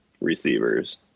receivers